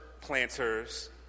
planters